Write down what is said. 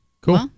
cool